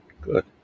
good